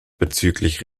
bezüglich